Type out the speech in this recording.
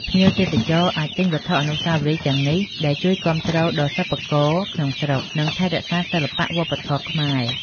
ភ្ញៀវទេសចរអាចទិញវត្ថុអនុស្សាវរីយ៍ទាំងនេះ ដែលជួយគាំទ្រដល់សិប្បករក្នុងស្រុក និងថែរក្សាសិល្បៈវប្បធម៌ខ្មែរ។